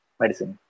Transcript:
medicine